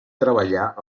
treballar